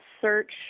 search